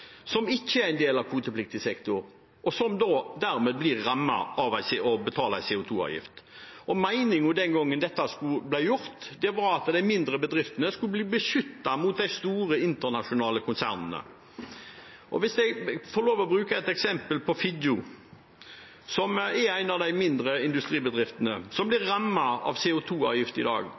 som ikke er en del av kvotepliktig sektor, og som dermed blir rammet av å skulle betale en CO 2 -avgift. Meningen den gangen dette ble gjort, var at de mindre bedriftene skulle bli beskyttet mot de store internasjonale konsernene. Hvis jeg får lov å bruke Figgjo som eksempel, som er en av de mindre industribedriftene som blir rammet av CO 2 -avgift i dag,